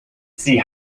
sie